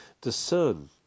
discern